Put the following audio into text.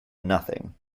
nothing